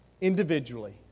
individually